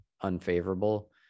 unfavorable